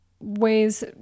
ways